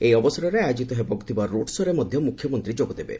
ଏହି ଅବସରରେ ଆୟୋଜିତ ହେବାକୁ ଥିବା ରୋଡ ଶୋରେ ମଧ ମୁଖ୍ୟମନ୍ତୀ ଯୋଗଦେବେ